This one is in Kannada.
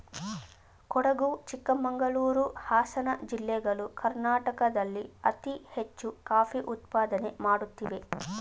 ಕೊಡಗು ಚಿಕ್ಕಮಂಗಳೂರು, ಹಾಸನ ಜಿಲ್ಲೆಗಳು ಕರ್ನಾಟಕದಲ್ಲಿ ಅತಿ ಹೆಚ್ಚು ಕಾಫಿ ಉತ್ಪಾದನೆ ಮಾಡುತ್ತಿವೆ